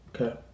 Okay